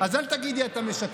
אז אל תגידי: אתה משקר.